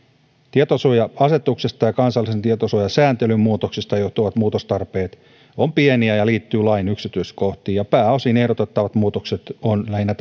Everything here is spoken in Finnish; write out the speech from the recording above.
tietosuoja asetuksesta ja kansallisen tietosuojasääntelyn muutoksista johtuvat muutostarpeet ovat pieniä ja liittyvät lain yksityiskohtiin pääosin ehdotettavat muutokset ovat lähinnä